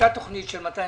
הייתה תוכנית של 250